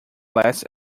last